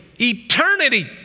eternity